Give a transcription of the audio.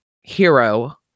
hero